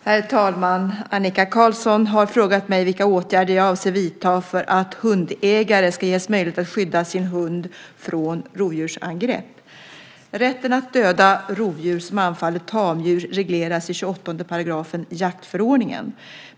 Herr talman! Annika Qarlsson har frågat mig vilka åtgärder jag avser att vidta för att hundägare ska ges möjlighet att skydda sin hund från rovdjursangrepp. Rätten att döda rovdjur som anfaller tamdjur regleras i 28 § jaktförordningen .